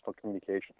communication